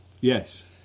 Yes